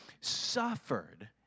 suffered